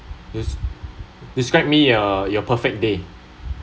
des~ describe me uh your perfect day